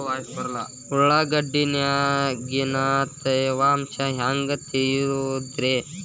ಉಳ್ಳಾಗಡ್ಯಾಗಿನ ತೇವಾಂಶ ಹ್ಯಾಂಗ್ ತಿಳಿಯೋದ್ರೇ?